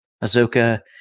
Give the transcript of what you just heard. Azoka